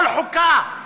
כל חוקה.